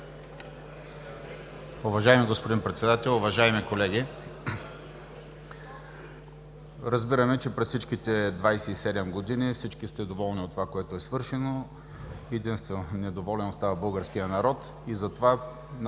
Уважаеми господин Председател, уважаеми колеги! Разбираме, че през тези 27 години всички сте доволни от това, което е свършено. Единствено недоволен остава българският народ, затова на